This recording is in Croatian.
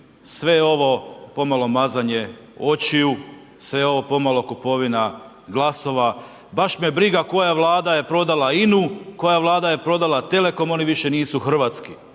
ovo je pomalo mazanje očiju, sve je ovo pomalo kupovina glasova, baš me briga koja Vlada je prodala INA-u, koja Vlada je prodala telekom, oni više nisu hrvatski.